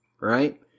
right